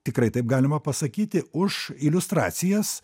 tikrai taip galima pasakyti už iliustracijas